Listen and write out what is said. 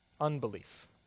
unbelief